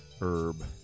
herb